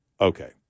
okay